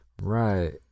right